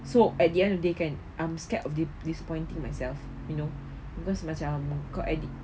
so at the end of day kan I'm scared of the disappointing myself you know because macam kau already